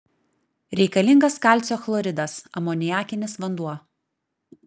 reikalingas kalcio chloridas amoniakinis vanduo